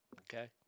Okay